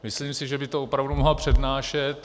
Myslím si, že by to opravdu mohla přednášet.